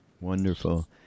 Wonderful